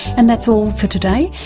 and that's all for today,